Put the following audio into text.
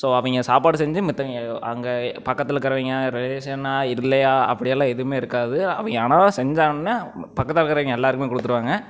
so அவங்க சாப்பாடு செஞ்சு மற்றவிங்க அங்கே பக்கத்தில் இருக்கிறவிங்க ரிலேஷனாக இல்லையா அப்படியெல்லாம் எதுவுமே இருக்காது அவங்க ஆனால் செஞ்சாங்கன்னால் பக்கத்தில் இருக்கிறவிங்க எல்லாேருக்குமே கொடுத்துருவாங்க